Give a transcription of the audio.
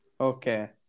Okay